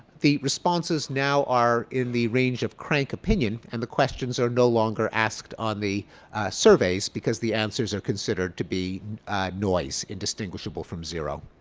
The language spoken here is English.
the responses now are in the range of crank opinion and the questions are no longer asked on the surveys because the answers are considered to be noise indistinguishable from zero.